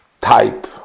type